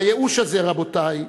והייאוש הזה, רבותי,